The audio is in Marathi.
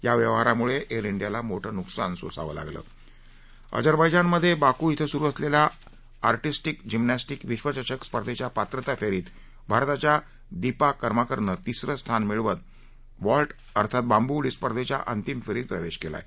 या व्यवहारामुळे एअर डियाला मोठं नुकसान सोसावं लागल अजरबज्ञनमधे बाकू इं सुरु असलेल्या आर्टिस्टीक जिम्नॅस्टीक विधचषक स्पर्धेच्या पात्रता फेरीत भारताच्या दीपा करमाकरनं तिसरं स्थान मिळवत व्हॉल्ट अर्थात बांबू उडी स्पर्धेच्या अंतिम फेरीत प्रवेश केला आहे